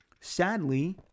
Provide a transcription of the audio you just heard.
sadly